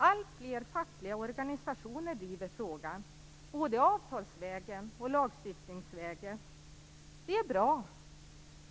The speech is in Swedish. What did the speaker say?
Alltfler fackliga organisationer driver frågan både avtalsvägen och lagstiftningsvägen. Det är bra.